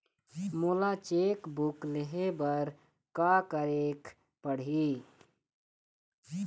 मोला cheque book लेहे बर का केरेक पढ़ही?